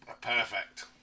Perfect